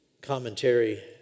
commentary